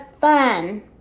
fun